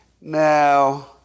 Now